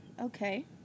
Okay